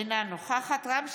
אינה נוכחת רם שפע,